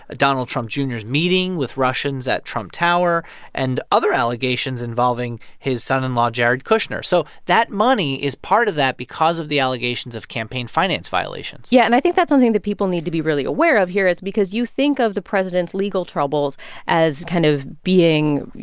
ah donald trump jr s and meeting with russians at trump tower and other allegations involving his son-in-law jared kushner. so that money is part of that because of the allegations of campaign finance violations yeah, and i think that's something that people need to be really aware of here because you think of the president's legal troubles as kind of being, you